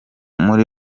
muri